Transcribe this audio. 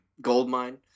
goldmine